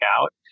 out